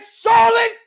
Charlotte